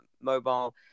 mobile